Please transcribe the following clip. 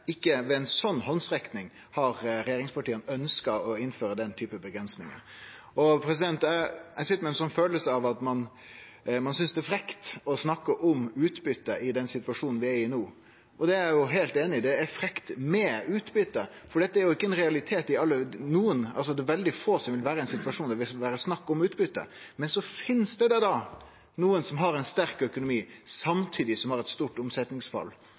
ikkje eingong med ei sånn handsrekning har regjeringspartia ønskt å innføre den typen avgrensingar. Eg sit med ei kjensle av at ein synest det er frekt å snakke om utbyte i den situasjonen vi er i nå. Det er eg heilt einig i. Det er frekt med utbyte, for det er jo ikkje ein realitet for mange; det er veldig få som vil vere i ein situasjon der det vil vere snakk om utbyte. Men så finst det nokon som har ein sterk økonomi samtidig som dei har eit stort omsetningsfall,